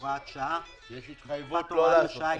הוראת שעה 17ד. בתקופת הוראת השעה,